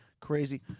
crazy